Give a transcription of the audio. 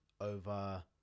over